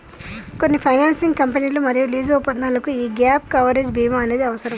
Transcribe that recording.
కొన్ని ఫైనాన్సింగ్ కంపెనీలు మరియు లీజు ఒప్పందాలకు యీ గ్యేప్ కవరేజ్ బీమా అనేది అవసరం